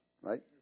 Right